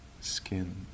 skin